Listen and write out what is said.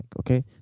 okay